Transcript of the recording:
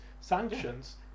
sanctions